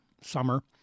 summer